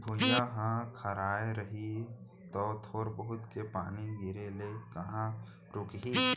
भुइयॉं ह खराय रही तौ थोर बहुत के पानी गिरे ले कहॉं रूकही